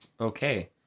okay